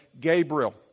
Gabriel